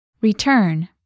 Return